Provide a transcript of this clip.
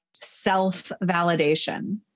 self-validation